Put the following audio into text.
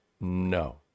no